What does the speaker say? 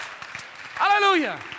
hallelujah